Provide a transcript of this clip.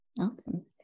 Awesome